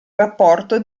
rapporto